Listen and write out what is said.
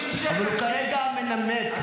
הוא כרגע מנמק.